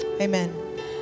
Amen